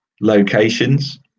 locations